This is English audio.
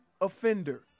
offender